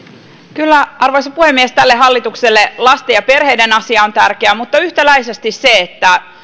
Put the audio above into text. kyllä arvoisa puhemies tälle hallitukselle lasten ja perheiden asia on tärkeä mutta yhtäläisesti se että